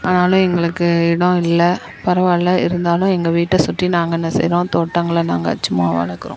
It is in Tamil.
அதனால எங்களுக்கு இடம் இல்லை பரவாயில்ல இருந்தாலும் எங்கள் வீட்டை சுற்றி நாங்கள் என்ன செய்கிறோம் தோட்டங்களை நாங்ள் சும்மா வளர்க்குறோம்